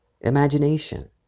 imagination